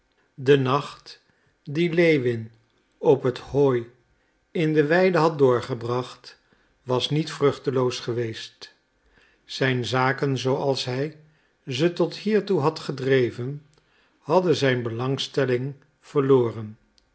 de nacht dien lewin op het hooi in de weide had doorgebracht was niet vruchteloos geweest zijn zaken zooals hij ze tot hiertoe had gedreven hadden zijn belangstelling verloren